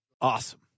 Awesome